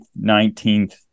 19th